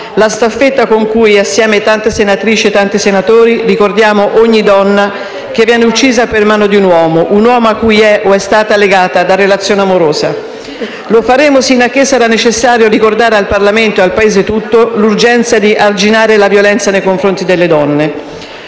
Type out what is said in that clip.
la staffetta con cui, insieme a tante senatrici e a tanti senatori, ricordiamo ogni donna che viene uccisa per mano di un uomo a cui è o è stata legata da relazione amorosa. Lo faremo sino a che sarà necessario ricordare al Parlamento e al Paese tutto l'urgenza di arginare la violenza nei confronti delle donne.